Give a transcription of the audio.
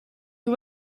you